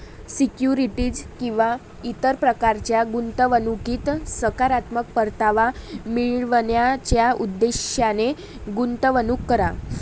securities किंवा इतर प्रकारच्या गुंतवणुकीत सकारात्मक परतावा मिळवण्याच्या उद्देशाने गुंतवणूक करा